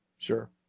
Sure